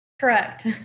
Correct